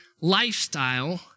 lifestyle